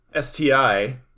sti